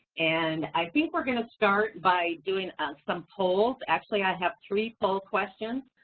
and i think we're gonna start by doing some polls. actually, i have three poll questions.